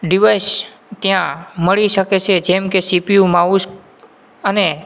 device ત્યાં મળી શકે છે જેમ કે સી પી યુ માઉસ અને